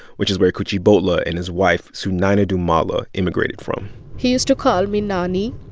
which is where kuchibhotla and his wife sunayana dumala immigrated from he used to call me nani.